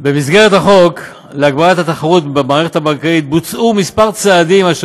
במסגרת החוק להגברת התחרות במערכת הבנקאית נעשו כמה